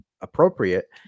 appropriate